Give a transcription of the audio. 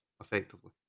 effectively